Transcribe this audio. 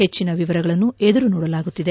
ಹೆಚ್ಚಿನ ವಿವರಗಳನ್ನು ಎದುರು ನೋಡಲಾಗುತ್ತಿದೆ